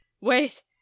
wait